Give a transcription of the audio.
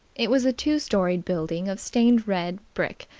it was a two-storied building of stained red brick,